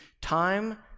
time